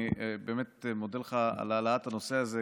אני באמת מודה לך על העלאת הנושא הזה,